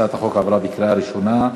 הצעת החוק עברה בקריאה ראשונה,